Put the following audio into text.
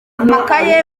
amakaye